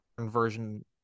version